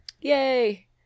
Yay